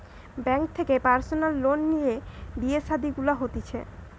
bank থেকে personal loan লিয়ে বিয়ে শাদী গুলা হতিছে